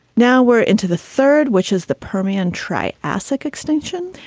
now we're into the third, which is the permian try asac extinction.